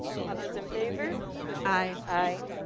all those in favor aye aye